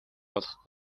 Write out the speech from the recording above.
олох